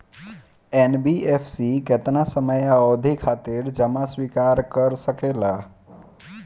NBFC केतना समयावधि खातिर जमा स्वीकार कर सकला?